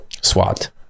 SWAT